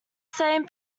same